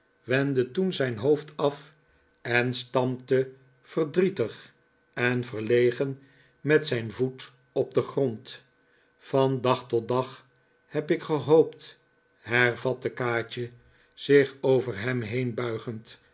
wendde toen zijn hoofd af en stamp te verdrietig en verlegen met zijn voet op den grond van dag tot dag heb ik gehoopt hervatte kaatje zich over hem heen